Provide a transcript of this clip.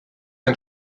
ein